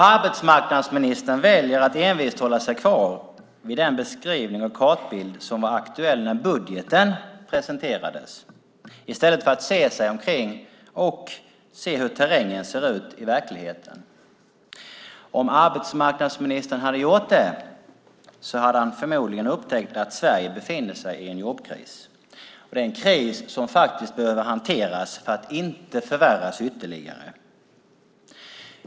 Arbetsmarknadsministern väljer att envist hålla sig kvar vid den beskrivning och kartbild som var aktuell när budgeten presenterades i stället för att se sig omkring och se hur terrängen ser ut i verkligheten. Om arbetsmarknadsministern hade gjort det hade han förmodligen upptäckt att Sverige befinner sig i en jobbkris. Det är en kris som faktiskt behöver hanteras för att inte förvärras ytterligare.